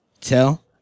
tell